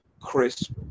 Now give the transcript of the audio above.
crisp